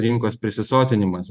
rinkos prisisotinimas